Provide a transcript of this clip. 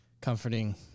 comforting